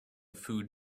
food